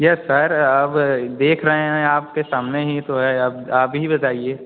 yes sir अब अ देख रहे हैं आपके सामने ही तो है अब आप ही बताइए